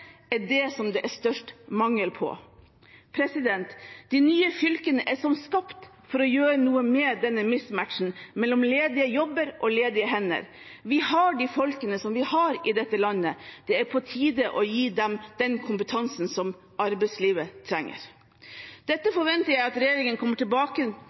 faglærte, er det det er størst mangel på. De nye fylkene er som skapt for å gjøre noe med denne mismatchen mellom ledige jobber og ledige hender. Vi har de folkene vi har i dette landet. Det er på tide å gi dem den kompetansen arbeidslivet trenger. Dette forventer jeg at regjeringen kommer tilbake